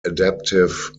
adaptive